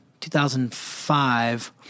2005